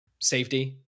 safety